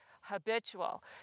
habitual